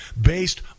based